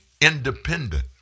independent